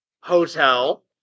Hotel